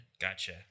Gotcha